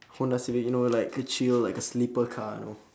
honda civic you know like a chill like a sleeper car you know